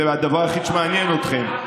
זה הדבר היחיד שמעניין אתכם.